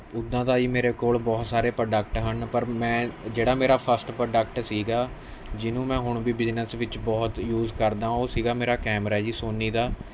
ਉੱਦਾਂ ਤਾਂ ਜੀ ਮੇਰੇ ਕੋਲ ਬਹੁਤ ਸਾਰੇ ਪ੍ਰੋਡਕਟ ਹਨ ਪਰ ਮੈਂ ਜਿਹੜਾ ਮੇਰਾ ਫਸਟ ਪ੍ਰੋਡਕਟ ਸੀਗਾ ਜਿਹਨੂੰ ਮੈਂ ਹੁਣ ਵੀ ਬਿਜ਼ਨਸ ਵਿੱਚ ਬਹੁਤ ਯੂਜ਼ ਕਰਦਾਂ ਉਹ ਸੀਗਾ ਮੇਰਾ ਕੈਮਰਾ ਜੀ ਸੋਨੀ ਦਾ